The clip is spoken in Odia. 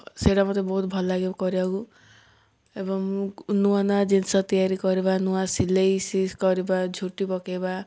ସେଇଟା ମୋତେ ବହୁତ ଭଲଲାଗେ କରିବାକୁ ଏବଂ ନୂଆ ନୂଆ ଜିନିଷ ତିଆରି କରିବା ନୂଆ ସିଲେଇ କରିବା ଝୋଟି ପକେଇବା